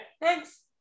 Thanks